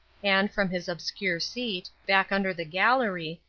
and from his obscure seat, back under the gallery,